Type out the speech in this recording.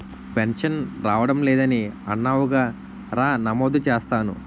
pension రావడం లేదని అన్నావుగా రా నమోదు చేస్తాను